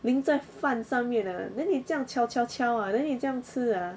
淋在饭上面 ah then 你这样敲敲敲 ah then 你这样吃 ah